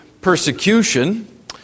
persecution